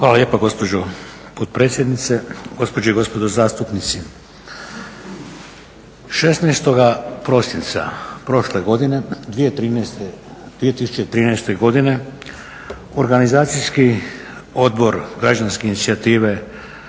Hvala lijepa gospođo potpredsjednice. Gospođe i gospodo zastupnici. 16. prosinca prošle godine 2013. Organizacijski odbor Građanske inicijative